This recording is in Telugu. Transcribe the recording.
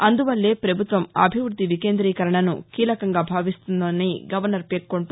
అందువల్లే ప్రభుత్వం అభివృద్ది వికేంద్రీకరణను కీలకంగా భావిస్తోందని గవర్నర్ పేర్కొంటూ